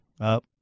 up